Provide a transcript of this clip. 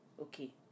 okay